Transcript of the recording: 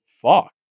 fuck